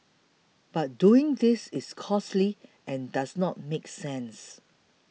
but doing this is costly and does not make sense